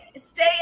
stay